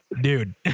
dude